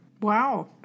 Wow